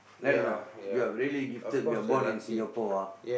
right or not we are really gifted we are born in Singapore ah